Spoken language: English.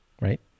right